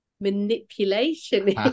Manipulation